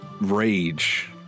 rage